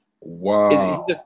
wow